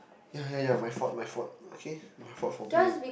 yea yea yea my fault my fault okay my fault for being